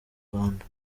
rwanda